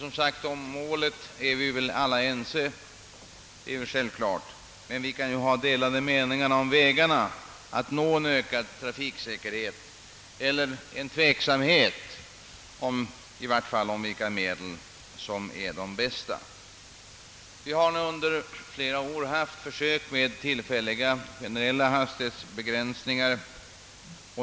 Om målet är vi alltså alla ense, det är givet, men vi kan ha delade meningar om metoderna att nå en ökad trafiksäkerhet eller i varje fall hysa tveksamhet om vilka medel som är de bästa. Vi har nu under flera år gjort försök med tillfälliga generella hastighetsbegränsningar.